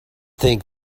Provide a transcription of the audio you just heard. think